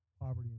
poverty